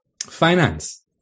Finance